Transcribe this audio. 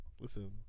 Listen